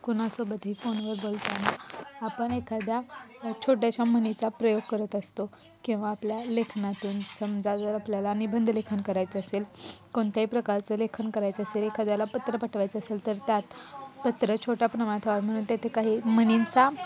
कोणासोबतही फोनवर बोलताना आपण एखाद्या छोट्याशा म्हणीचा प्रयोग करत असतो किंवा आपल्या लेखनातून समजा जर आपल्याला निबंधलेखन करायचं असेल कोणत्याही प्रकारचं लेखन करायचं असेल एखाद्याला पत्र पाठवायचं असेल तर त्यात पत्र छोट्या प्रमाणात व्हावं म्हणून तेथे काही म्हणींचा